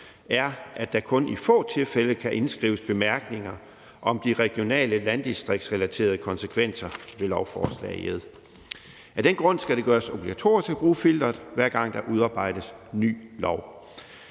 er, at der kun i få tilfælde kan indskrives bemærkninger om de regionale landdistriktsrelaterede konsekvenser ved et lovforslag. Af den grund skal det gøres obligatorisk at bruge filteret, hver gang der udarbejdes ny